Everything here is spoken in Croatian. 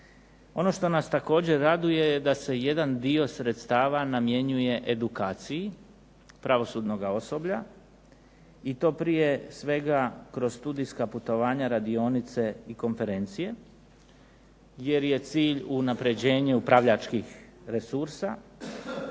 Ono što nas također raduje je da se jedan dio sredstava namjenjuje edukaciji pravosudnog osoblja i to prije svega kroz studijska putovanja, radionice i konferencije, jer je cilj unapređenje upravljačkih resursa,